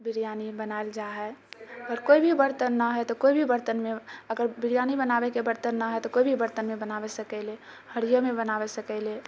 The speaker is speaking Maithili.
बिरयानी बनाल जा हय आओर कोई भी बर्तन नहि है तऽ कोई भी बर्तनमे अगर बिरयानी बनाबेके बर्तन नहि है तऽ कोई भी बर्तनमे बनाबै सकैले हड़ियामे बनाबै सकैले